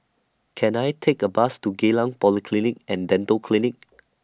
Can I Take A Bus to Geylang Polyclinic and Dental Clinic